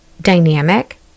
dynamic